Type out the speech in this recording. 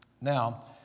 Now